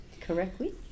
correctly